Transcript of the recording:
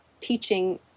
teaching